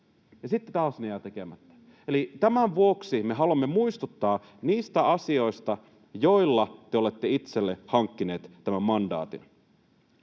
ja sitten taas ne jäävät tekemättä. Eli tämän vuoksi me haluamme muistuttaa niistä asioista, joilla te olette itsellenne hankkineet tämän mandaatin.